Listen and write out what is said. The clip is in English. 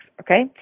okay